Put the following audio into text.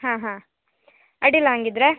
ಹಾಂ ಹಾಂ ಅಡ್ಡಿಲ್ಲ ಹಂಗಿದ್ರೆ